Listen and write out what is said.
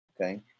Okay